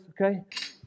okay